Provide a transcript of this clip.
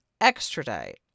extradite